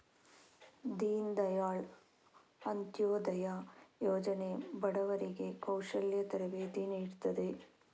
ದೀನ್ ದಯಾಳ್ ಅಂತ್ಯೋದಯ ಯೋಜನೆ ಬಡವರಿಗೆ ಕೌಶಲ್ಯ ತರಬೇತಿ ನೀಡ್ತದೆ